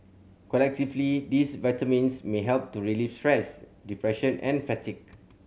collectively these vitamins may help to relieve stress depression and fatigue